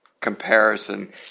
comparison